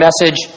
message